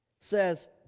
says